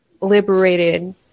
liberated